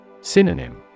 Synonym